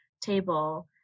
table